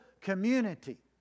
community